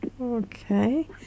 Okay